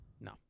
No